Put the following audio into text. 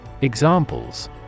Examples